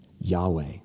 Yahweh